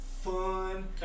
fun